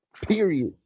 period